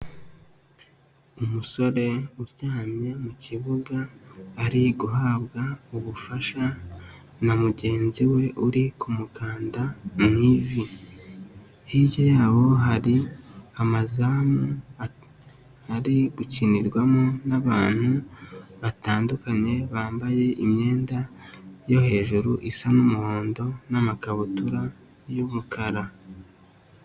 Umusore uryamye mu kibuga, ari guhabwa ubufasha na mugenzi we uri ku mukanda mu ivi. Hirya yabo, hari amazamu ari gukinirwamo n'abantu batandukanye, bambaye imyenda yo hejuru isa nk'umuhondo n'amakabutura y'umukara.